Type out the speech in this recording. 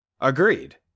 Agreed